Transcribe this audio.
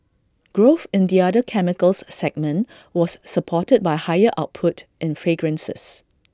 growth in the other chemicals segment was supported by higher output in fragrances